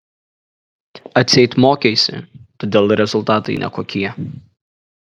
atseit mokeisi todėl rezultatai nekokie